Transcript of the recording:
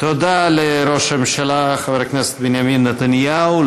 תודה לראש הממשלה חבר הכנסת בנימין נתניהו.